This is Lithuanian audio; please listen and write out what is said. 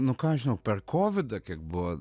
nu ką aš žinau per kovidą kiek buvo